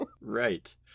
Right